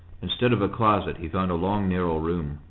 instead of a closet he found a long narrow room.